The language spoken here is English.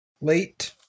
late